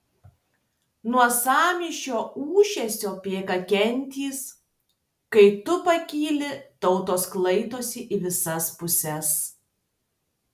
nuo sąmyšio ūžesio bėga gentys kai tu pakyli tautos sklaidosi į visas puses